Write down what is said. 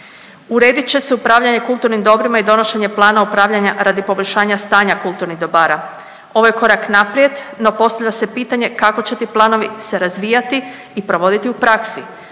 Uredit će se upravljanje kulturnim dobrima i donošenje plana upravljanja radi poboljšanja stanja kulturnih dobara. Ovo je korak naprijed, no postavlja se pitanje kako će ti planovi se razvijati i provoditi u praksi?